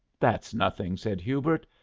that's nothing, said hubert.